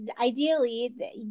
ideally